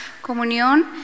comunión